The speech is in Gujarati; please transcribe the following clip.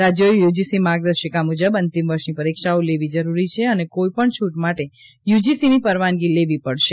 રાજ્યોએ યુજીસી માર્ગદર્શિકા મુજબ અંતિમ વર્ષની પરીક્ષાઓ લેવી જરૂરી છે અને કોઈપણ છૂટ માટે યુજીસીની પરવાનગી લેવીપડશે